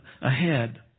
ahead